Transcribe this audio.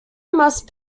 must